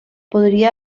podria